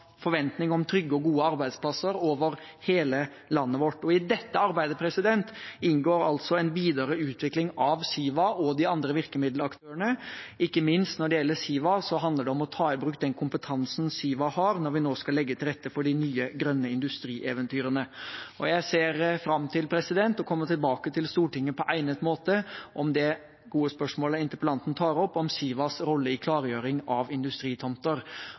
forventninger om trygge og gode arbeidsplasser over hele landet vårt. I dette arbeidet inngår en videre utvikling av Siva og de andre virkemiddelaktørene. Ikke minst når det gjelder Siva, handler det om å ta i bruk den kompetansen Siva har, når vi nå skal legge til rette for de nye, grønne industrieventyrene. Jeg ser fram til å komme tilbake til Stortinget på egnet måte om det gode spørsmålet interpellanten tar opp, om Sivas rolle i klargjøring av industritomter.